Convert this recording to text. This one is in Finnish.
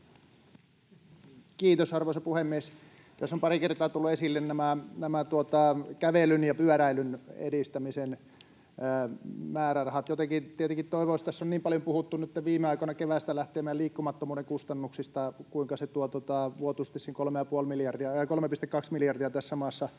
Kiitos arvoisa puhemies! Tässä on pari kertaa tullut esille kävelyn ja pyöräilyn edistämisen määrärahat. Viime aikoina ja keväästä lähtien on niin paljon puhuttu meidän liikkumattomuuden kustannuksista, kuinka se tuo vuotuisesti sen 3,2 miljardia tässä maassa